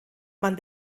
man